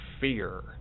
fear